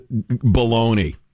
baloney